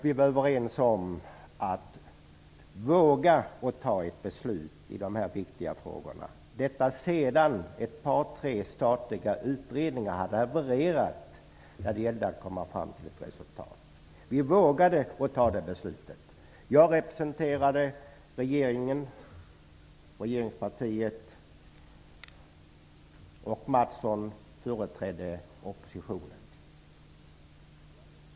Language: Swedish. Vi var överens om att våga fatta ett beslut i de här viktiga frågorna -- detta sedan ett par tre statliga utredningar hade havererat när det gällde att komma fram till ett resultat. Vi vågade fatta ett beslut. Jag representerade regeringen och regeringspartiet, och Kjell Mattsson företrädde oppositionen.